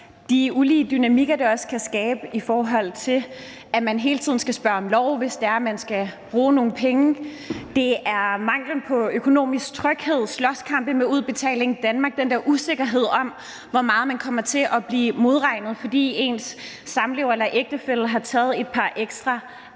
de ulige dynamikker, det også kan skabe, i forhold til at man altid skal spørge om lov, hvis man skal bruge nogle penge; det er manglen på økonomisk tryghed, slåskampe med Udbetaling Danmark og den der usikkerhed om, hvor meget man kommer til at blive modregnet, fordi ens samlever eller ægtefælle har taget et par ekstra